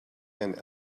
and